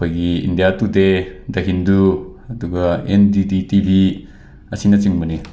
ꯑꯩꯈꯣꯏꯒꯤ India Today the Hindu ꯑꯗꯨꯒ N D T V ꯑꯁꯤꯅꯆꯤꯡꯕꯅꯤ